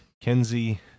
Kenzie